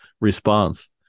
response